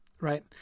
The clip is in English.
right